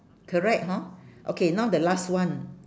correct hor okay now the last one